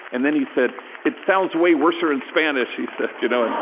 and then he said it's sounds way worser in spanish, he said you know